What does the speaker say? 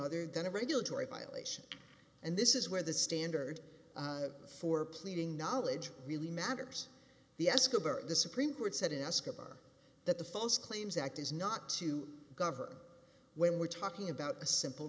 other than a regulatory violation and this is where the standard for pleading knowledge really matters the escobar the supreme court said in escobar that the false claims act is not to govern when we're talking about a simple